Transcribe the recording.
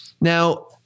Now